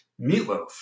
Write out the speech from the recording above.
meatloaf